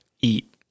Eat